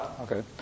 Okay